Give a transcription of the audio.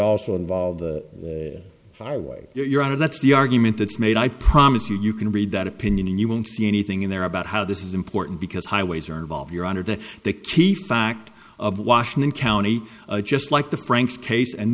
also involved highway you're out of that's the argument that's made i promise you you can read that opinion and you won't see anything in there about how this is important because highways are involved you're under the the key fact of washington county just like the franks case and